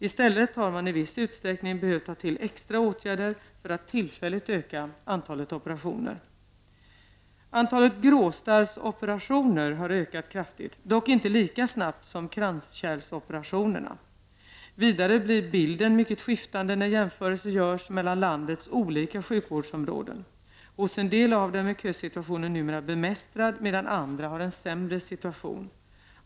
I stället har man i viss utsträckning behövt ta till extra åtgärder för att tillfälligt öka antalet operationer. Antalet gråstarroperationer har ökat kraftigt, dock inte lika snabbt som kranskärlsoperationerna. Vidare blir bilden mycket skiftande när jämförelser görs mellan landets olika sjukvårdsområden. Hos en del av dem är kösituationen numera bemästrad, medan andra har en sämre situation.